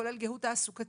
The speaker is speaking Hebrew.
כולל גיהות תעסוקתית.